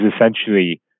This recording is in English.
essentially